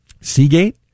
Seagate